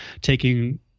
taking